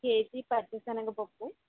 KG పచ్చిసెనగ పప్పు